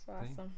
awesome